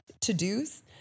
to-do's